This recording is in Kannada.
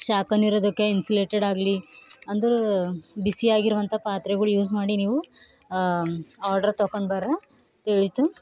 ಶಾಖ ನಿರೋಧಕ ಇನ್ಸುಲೇಟೆಡ್ ಆಗಲಿ ಅಂದ್ರೆ ಬಿಸಿ ಆಗಿರುವಂಥ ಪಾತ್ರೆಗಳು ಯೂಸ್ ಮಾಡಿ ನೀವು ಆರ್ಡರ್ ತೊಕೊಂಡ್ ಬರ್ರಿ ತಿಳಿತಾ